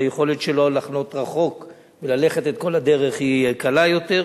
שהיכולת שלו לחנות רחוק וללכת את כל הדרך גדולה יותר.